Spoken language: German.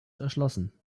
erschlossen